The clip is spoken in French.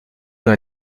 dans